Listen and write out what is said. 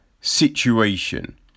situation